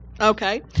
Okay